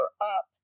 up